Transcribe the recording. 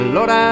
Lord